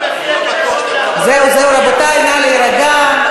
רבותי, נא להירגע.